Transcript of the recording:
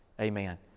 Amen